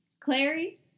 Clary